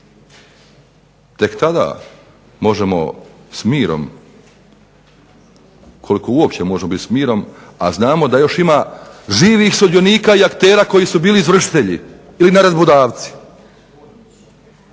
Tek tada možemo s mirom, koliko uopće može biti s mirom, a znamo da još uvijek ima živih sudionika i aktera koji su bili izvršitelji ili naredbodavci,